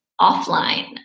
offline